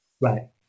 Right